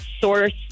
source